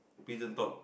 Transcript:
prison talk